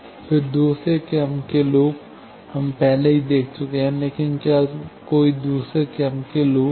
फिर दूसरा क्रम के लूप हम पहले ही देख चुके हैं लेकिन क्या कोई दूसरा क्रम के लूप है